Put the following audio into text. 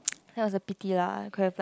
that was a pity lah could have like